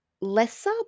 lesser